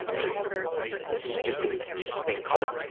just stupid thing called,